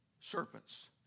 serpents